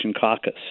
caucus